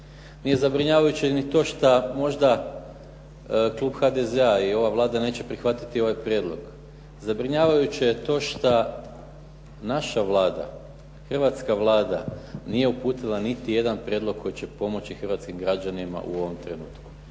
nije zabrinjavajuće ni to što možda klub HDZ-a i ova Vlada neće prihvatiti ovaj prijedlog. Zabrinjavajuće je to što naša Vlada, hrvatska Vlada nije uputila niti jedan prijedlog koji će pomoći hrvatskim građanima u ovom trenutku.